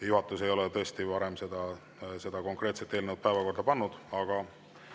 juhatus tõesti varasemaks ajaks seda konkreetset eelnõu päevakorda ei pannud.